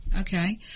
Okay